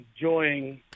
enjoying –